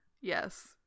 Yes